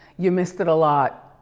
you missed it a lot.